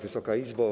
Wysoka Izbo!